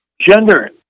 gender